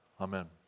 Amen